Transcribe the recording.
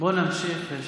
בוא נמשיך.